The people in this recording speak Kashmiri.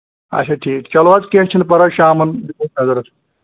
اچھا ٹھیٖک چلو حظ کیٚنٛہہ چھُنہٕ پَرواے شامَن دِمو نظر حظ